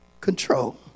control